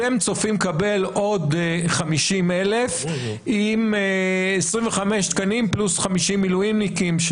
אתם צופים לקבל עוד 50,000 עם 25 תקנים פלוס 50 מילואימניקים.